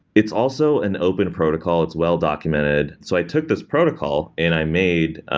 it's also an open protocol. it's well documented. so i took this protocol and i made